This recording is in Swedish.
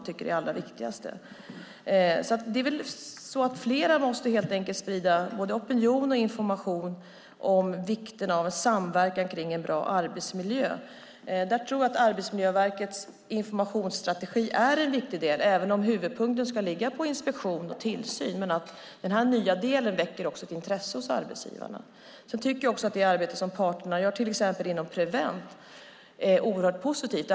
Fler måste sprida både opinion och information om vikten av samverkan för en bra arbetsmiljö. Här är Arbetsmiljöverkets informationsstrategi en viktig del, även om tonvikten ska ligga på inspektion och tillsyn. Men den nya delen väcker ett intresse hos arbetsgivarna. Det arbete som parterna gör, till exempel inom Prevent, är mycket positivt.